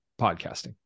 podcasting